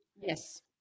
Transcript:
Yes